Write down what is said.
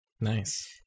Nice